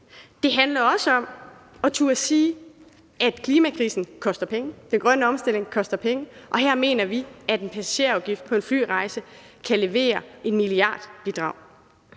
Det handler også om at turde sige, at klimakrisen koster penge, at den grønne omstilling koster penge, og her mener vi, at en passagerafgift på en flyrejse kan levere et milliardbidrag.